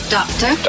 Doctor